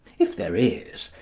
if there is,